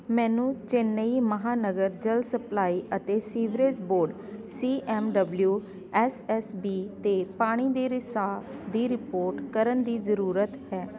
ਮੈਨੂੰ ਚੇਨਈ ਮਹਾਨਗਰ ਜਲ ਸਪਲਾਈ ਅਤੇ sewerage board C M W S S B 'ਤੇ ਪਾਣੀ ਦੇ ਰਿਸਾਅ ਦੀ ਰਿਪੋਰਟ ਕਰਨ ਦੀ ਜ਼ਰੂਰਤ ਹੈ